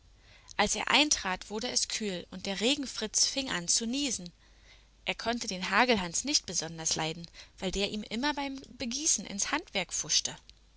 als er eintrat wurde es kühl und der regenfritz fing an zu niesen er konnte den hagelhans nicht besonders leiden weil der ihm immer beim begießen ins handwerk pfuschte